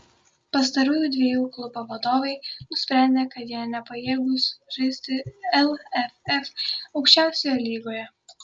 pastarųjų dviejų klubo vadovai nusprendė kad jie nepajėgūs žaisti lff aukščiausioje lygoje